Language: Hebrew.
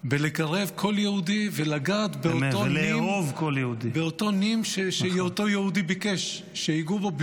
בלקרב כל יהודי ולגעת באותו נים שאותו יהודי ביקש שייגעו בו,